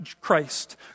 Christ